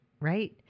right